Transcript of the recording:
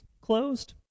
closed